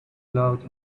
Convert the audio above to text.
clouds